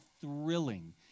thrilling